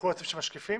יוכלו להציב שם משקיפים